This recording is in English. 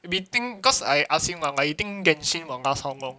beating cause I ask him lah like he think genshin will last how long